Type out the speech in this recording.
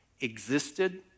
existed